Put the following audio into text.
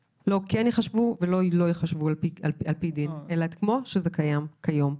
הסיפה, כמו שזה קיים כיום.